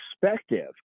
perspective